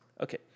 Okay